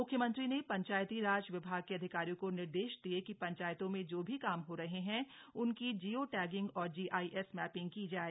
म्ख्यमंत्री ने पंचायतीराज विभाग के अधिकारियों को निर्देश दिये कि पंचायतों में जो भी काम हो रहे हैं उनकी जियो टैगिंग और जीआईएस मैपिंग की जाय